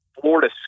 Florida